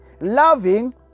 loving